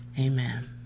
Amen